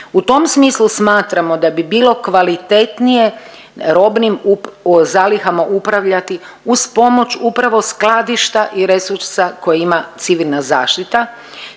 U tom smislu smatramo da bi bilo kvalitetnije robnim zalihama upravljati uz pomoć upravo skladišta i resursa koje ima civilna zaštita.